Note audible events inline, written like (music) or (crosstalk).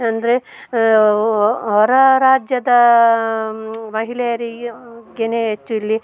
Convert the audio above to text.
ಅಂದರೆ ಹೊರ ರಾಜ್ಯದ ಮಹಿಳೆಯರಿಗೆ (unintelligible) ಹೆಚ್ಚು ಇಲ್ಲಿ